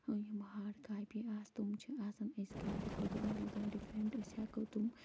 یِم hard copy آسہٕ تِم چھِ آسان أزۍ کاپی کھۄتہٕ واریاہ زیادٕ ڈِفرَنٛٹہٕ أسۍ ہٮ۪کَو تِم